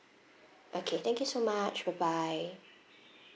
okay thank you so much bye bye